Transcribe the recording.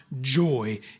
joy